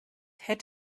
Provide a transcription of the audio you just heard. had